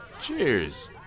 Cheers